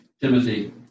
Timothy